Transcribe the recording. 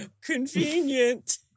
Convenient